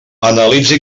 analitza